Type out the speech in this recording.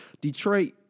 Detroit